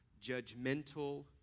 judgmental